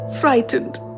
frightened